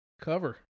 Cover